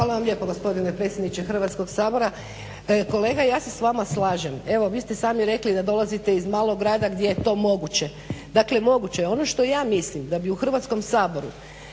Hvala vam lijepa gospodine predsjedniče Hrvatskog sabora. Kolega ja se s vama slažem. Evo vi ste sami rekli da dolazite iz malog grada gdje je to moguće. Dakle, moguće je. Ono što ja mislim da bi u Hrvatskom saboru